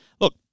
Look